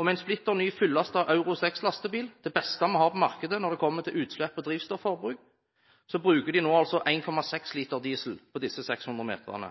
og med en splitter ny fullastet Euro 6-lastebil, det beste man har på markedet når det kommer til utslipp og drivstofforbruk, bruker man nå 1,6 liter diesel på disse 600 meterne.